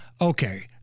okay